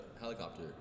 helicopter